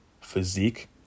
physique